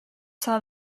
saw